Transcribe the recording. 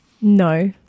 No